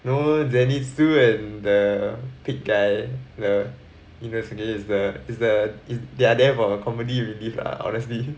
no zenitsu and the pig guy the inosuke is the is the is they are there for a comedy relief lah lah honestly